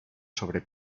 sobre